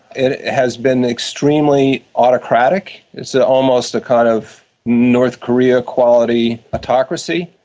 it has been extremely autocratic. it's ah almost a kind of north korea quality autocracy.